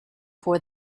for